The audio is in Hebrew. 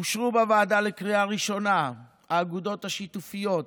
אושרו בוועדה לקריאה ראשונה: האגודות השיתופיות,